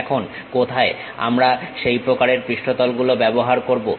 এখন কোথায় আমরা সেই প্রকারের পৃষ্ঠতল গুলো ব্যবহার করবো